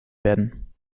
werden